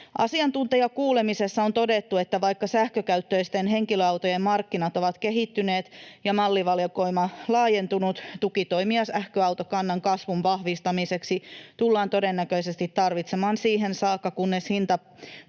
Asiantuntijakuulemisessa on todettu, että vaikka sähkökäyttöisten henkilöautojen markkinat ovat kehittyneet ja mallivalikoima laajentunut, tukitoimia sähköautokannan kasvun vahvistamiseksi tullaan todennäköisesti tarvitsemaan siihen saakka, kunnes